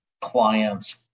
clients